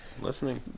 Listening